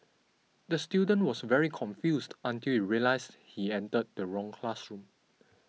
the student was very confused until he realised he entered the wrong classroom